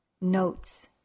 notes